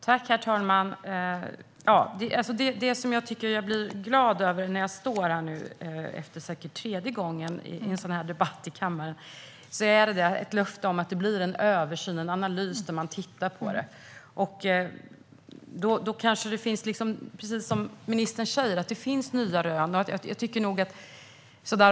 Herr talman! Det är säkert tredje gången som jag deltar i en sådan här debatt i kammaren. Det som jag är glad över är löftet om en översyn och en analys där man tittar på frågan. Precis som ministern säger finns det nya rön.